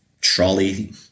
trolley